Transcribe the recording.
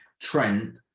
Trent